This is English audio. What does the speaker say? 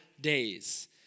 days